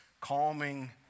calming